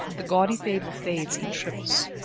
the gaudy fable fades and shrivels.